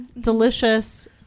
Delicious